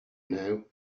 know